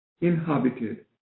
inhabited